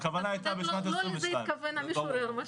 הכוונה הייתה בשנת 2022. לא לזה התכוון המשורר.